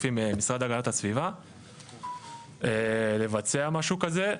עם המשרד להגנת הסביבה לבצע משהו כזה.